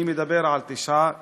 אני מדבר על תשעה קטינים.